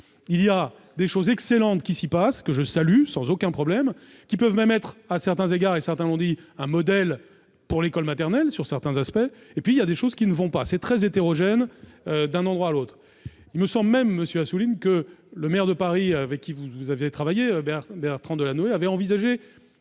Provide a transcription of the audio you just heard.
Il y a des choses excellentes qui s'y passent, et je les salue sans aucun problème. Ils peuvent même être, à certains égards, un modèle pour l'école maternelle. Et puis, il y a des choses qui ne vont pas. C'est très hétérogène d'un endroit à l'autre. C'est vrai ! Il me semble même, monsieur Assouline, que le maire de Paris avec qui vous avez travaillé, Bertrand Delanoë, avait envisagé